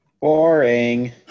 Boring